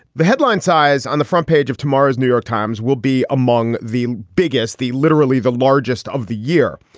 the headline size on the front page of tomorrow's new york times will be among the biggest, the literally the largest of the year.